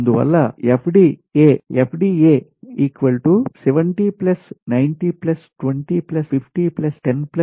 అందువల్ల FD4 7090205010202001